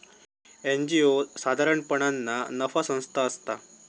NGO साधारणपणान ना नफा संस्था असता